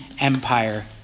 Empire